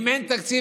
אם אין תקציב,